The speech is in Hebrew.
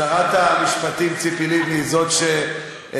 שרת המשפטים ציפי לבני היא שיזמה,